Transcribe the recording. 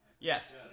Yes